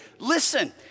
Listen